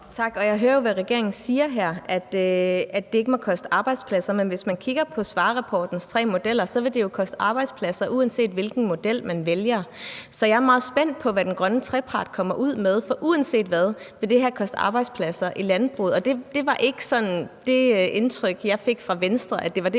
Tak. Jeg hører jo, hvad regeringen siger her: at det ikke må koste arbejdspladser. Men hvis man kigger på Svarerrapportens tre modeller, vil det jo koste arbejdspladser, uanset hvilken model man vælger. Så jeg er meget spændt på, hvad den grønne trepart kommer ud med, for uanset hvad, vil det her koste arbejdspladser i landbruget, og det var ikke sådan det indtryk, jeg fik fra Venstre, at det var det